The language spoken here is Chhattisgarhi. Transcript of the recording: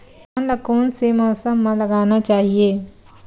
धान ल कोन से मौसम म लगाना चहिए?